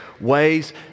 ways